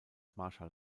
marschall